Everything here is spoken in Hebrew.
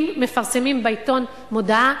אם מפרסמים בעיתון מודעה,